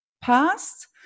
Past